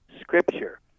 Scripture